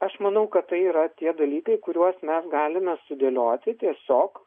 aš manau kad tai yra tie dalykai kuriuos mes galime sudėlioti tiesiog